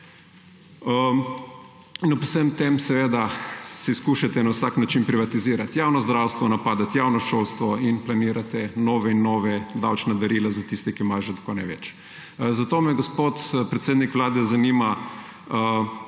Po vsem tem poskušate na vsak način privatizirati javno zdravstvo, napadati javno šolstvo in planirate nova in nova davčna darila za tiste, ki imajo že tako največ. Zato me, gospod predsednik Vlade, zanima